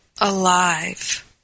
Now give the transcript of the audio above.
alive